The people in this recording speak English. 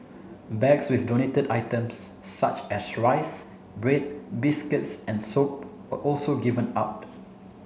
bags with donated items such as rice bread biscuits and soap were also given out